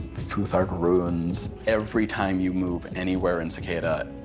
futhark runes. every time you move anywhere in cicada,